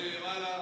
למעלה,